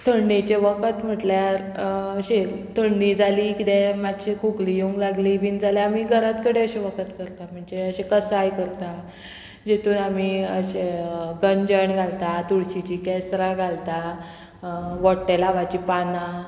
थंडेचें वखद म्हटल्यार अशें थंडी जाली किदें मात्शी खोंकली येवंक लागली बीन जाल्यार आमी घरांत कडेन अशें वखद करता म्हणजे अशें कसाय करता जेतून आमी अशें गंजण घालता तुळशीचीं केसरां घालता वट्टेलांवाचीं पानां